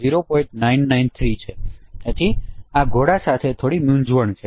993 છે તેથી આ ઘોડા સાથે થોડી મૂંઝવણ છે